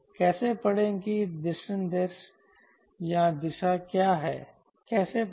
कैसे पढ़ें कि दिशानिर्देश या दिशा क्या है कैसे पढ़ें